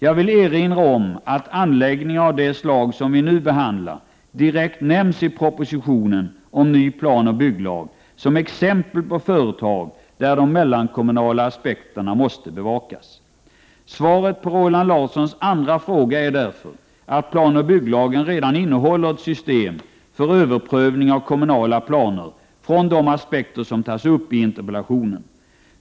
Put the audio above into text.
Jag vill erinra om att anläggningar av det slag som vi nu behandlar direkt nämns i propositionen om ny planoch bygglag som exempel på företag där de mellankommunala aspekterna måste bevakas. Svaret på Roland Larssons andra fråga är därför att planoch bygglagen redan innehåller ett system för överprövning av kommunala planer från de aspekter som tas upp i interpellationen.